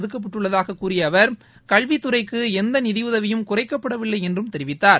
ஒதுக்கப்பட்டுள்ளதாக கூறிய அவர் கல்வித்துறைக்கு எந்த நிதியுதவியும் குறைக்கப்படவில்லை என்றும் தெரிவித்தார்